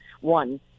one